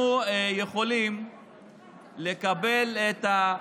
אנחנו יכולים לקבל את,